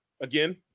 Again